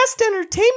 entertainment